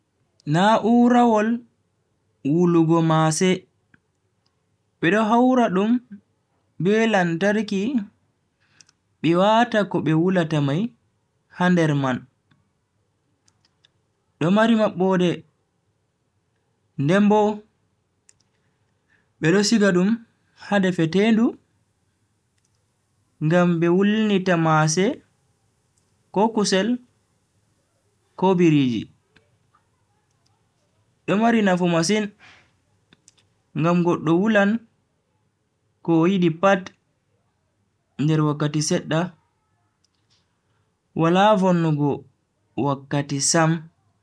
Na'urawol wulugo maase, bedo haura dum be lantarki be wata ko be wulata mai ha nder man do mari mabbode ndenbo bedo siga dum ha defetendu ngam be wulnita maase ko kusel ko biriji. do mari nafu masin ngam goddo wulan ko o yidi pat nder wakkati sedda wala vonnugo wakkati sam.